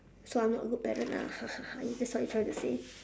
so I'm not good parent ah is that what you're trying to say